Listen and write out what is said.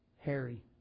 Harry